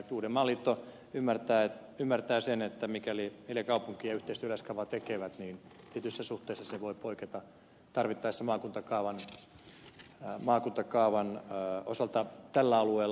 uudenmaan liitto ymmärtää sen että mikäli neljä kaupunkia yhteistyönä yleiskaavan tekevät niin tietyssä suhteessa se voi poiketa tarvittaessa maakuntakaavan osalta tällä alueella